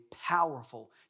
powerful